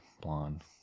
Blonde